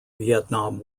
vietnam